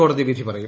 കോടതി വിധി പറയും